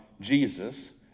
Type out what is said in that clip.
Jesus